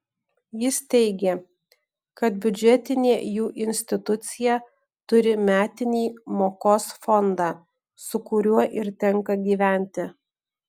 jis teigė kad biudžetinė jų institucija turi metinį mokos fondą su kuriuo ir tenka gyventi